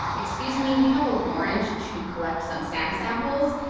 excuse me, we have a warrant to collect some sand samples.